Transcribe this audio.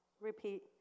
repeat